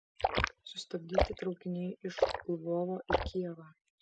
sustabdyti traukiniai iš lvovo į kijevą